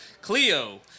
Cleo